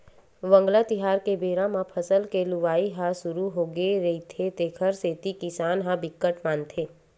वांगला तिहार के बेरा म फसल के लुवई ह सुरू होगे रहिथे तेखर सेती किसान ह बिकट मानथे